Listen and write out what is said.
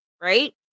right